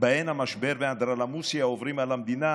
שבהן המשבר והאנדרלמוסיה העוברים על המדינה